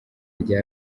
rya